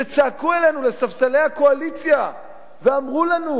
שצעקו אלינו לספסלי הקואליציה ואמרו לנו: